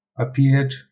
appeared